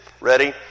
ready